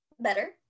Better